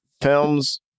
films